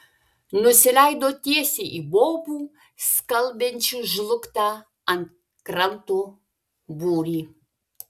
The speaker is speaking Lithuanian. nusileido tiesiai į bobų skalbiančių žlugtą ant kranto būrį